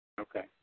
Okay